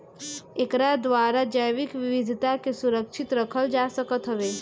एकरा द्वारा जैविक विविधता के सुरक्षित रखल जा सकत हवे